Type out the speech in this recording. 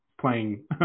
playing